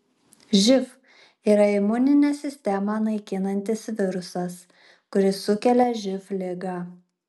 živ yra imuninę sistemą naikinantis virusas kuris sukelia živ ligą